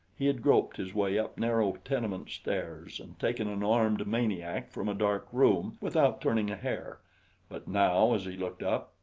he had groped his way up narrow tenement stairs and taken an armed maniac from a dark room without turning a hair but now as he looked up,